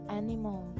animal